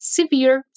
Severe